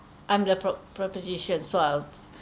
I'm the pre~ preposition so I'll